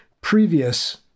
previous